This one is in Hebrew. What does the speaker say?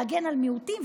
להגן על מיעוטים,